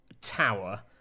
tower